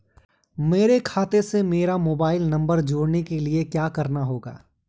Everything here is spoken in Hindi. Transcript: मेरे खाते से मेरा मोबाइल नम्बर जोड़ने के लिये क्या करना होगा?